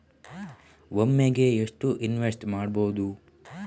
ಒಮ್ಮೆಗೆ ಎಷ್ಟು ಇನ್ವೆಸ್ಟ್ ಮಾಡ್ಬೊದು?